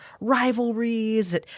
rivalries